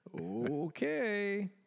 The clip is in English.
Okay